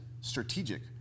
strategic